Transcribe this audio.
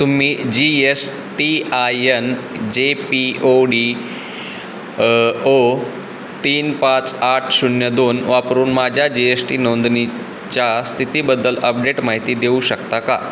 तुम्ही G S T I N J P O D O तीन पाच आठ शून्य दोन वापरून माझ्या जी एस टी नोंदणीच्या स्थितीबद्दल अपडेट माहिती देऊ शकता का